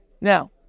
Now